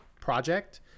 project